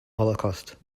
holocaust